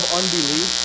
unbelief